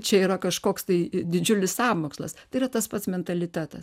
čia yra kažkoks tai didžiulis sąmokslas tai yra tas pats mentalitetas